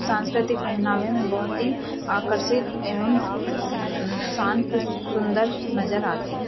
साँस्कृतिक पहनावे में बहुत ही आकर्षक एवं शान्त सुन्दर नजर आती हैं